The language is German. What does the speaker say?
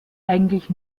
eigentlich